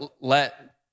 let